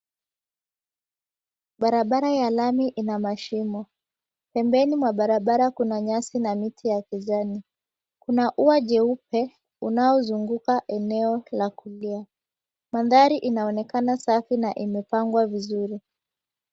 Barabara ya lami ina mashimo. Pembeni mwa barabara kuna nyasi na miti ya kijani. Kuna ua jeupe unaozunguka eneo la kulia. Mandhari inaonekana safi na imepangwa vizuri.